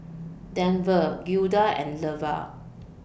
Denver Gilda and Leva